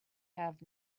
have